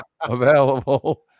available